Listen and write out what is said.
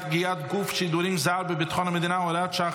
פגיעת גוף שידורים זר בביטחון המדינה (הוראת שעה,